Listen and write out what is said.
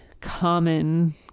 common